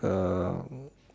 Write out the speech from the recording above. um